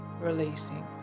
releasing